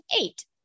eight